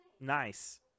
Nice